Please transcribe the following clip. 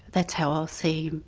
that's how i'll see him.